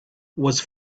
was